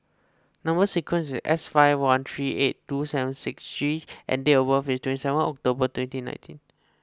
Number Sequence is S five one three eight two seven six G and date of birth is twenty seven October twenty nineteen